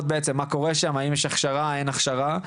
מה קורה שם, האם יש הכשרה או אין הכשרה.